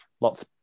Lots